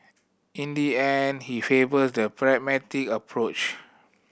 in the end he favours the pragmatic approach